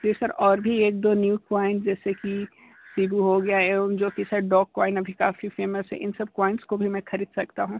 जी sir और भी एक दो न्यू पॉइंट जैसे कि शिबा हो गया एवं जो की सर डॉक कॉइन अभी काफ़ी फेमस है इन सब कॉइन्स को भी मैं खरीद सकता हूँ